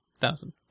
thousand